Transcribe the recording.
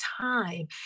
time